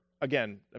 again